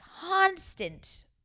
constant